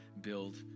build